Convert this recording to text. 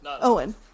Owen